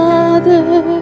Father